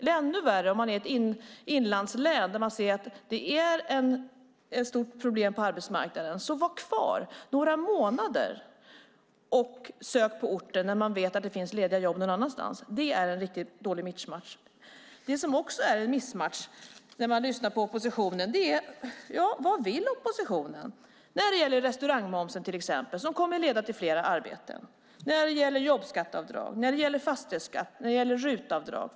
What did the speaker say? Ännu värre blir det i inlandslänen där man ser att det är stora problem på arbetsmarknaden. Ni säger att man ska vara kvar i några månader och söka på orten, fast man vet att det finns jobb någon annanstans. Det ger en riktigt dålig matchning. Det som också är en missmatchning när man lyssnar på oppositionen är vad den egentligen vill när det gäller till exempel restaurangmomsen som kommer att leda till flera arbeten. Vad vill oppositionen när det gäller jobbskatteavdrag, fastighetsskatt och RUT-avdrag?